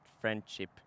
friendship